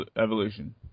Evolution